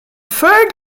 third